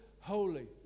holy